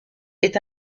est